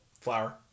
flour